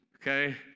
okay